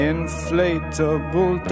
Inflatable